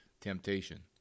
temptation